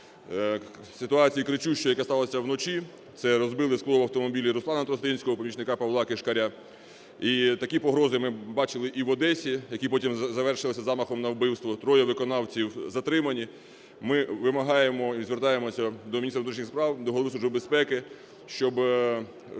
ситуації кричущої, яка сталася вночі, це розбили скло в автомобілі Руслана Тростинського, помічника Павла Кишкаря. І такі погрози ми бачили і в Одесі, які потім завершилися замахом на вбивство. Троє виконавців затримані. Ми вимагаємо і звертаємося до міністра внутрішніх справ, до голови Служби безпеки, щоб